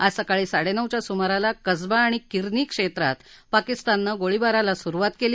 आज सकाळी साडेनऊच्या सुमाराला कस्बा आणि किरनी क्षेत्रांत पाकिस्ताननं गोळीबाराला सुरुवात केली